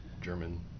German